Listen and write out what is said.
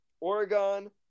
Oregon